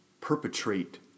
perpetrate